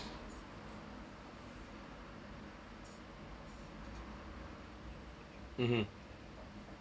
(uh huh)